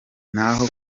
naho